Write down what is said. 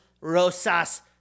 Rosas